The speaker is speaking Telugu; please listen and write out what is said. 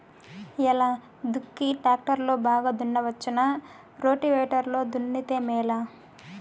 ఎలా దుక్కి టాక్టర్ లో బాగా దున్నవచ్చునా రోటివేటర్ లో దున్నితే మేలా?